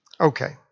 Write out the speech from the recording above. Okay